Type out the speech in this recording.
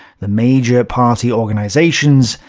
the major party organizations,